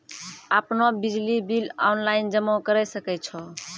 आपनौ बिजली bill online जमा करै सकै छौ?